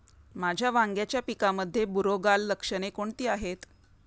माझ्या वांग्याच्या पिकामध्ये बुरोगाल लक्षणे कोणती आहेत?